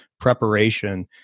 preparation